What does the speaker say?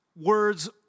words